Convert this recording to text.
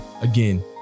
Again